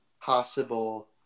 possible